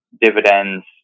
dividends